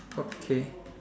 okay